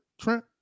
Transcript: Trent